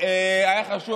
היה חשוב